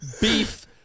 beef